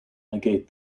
negate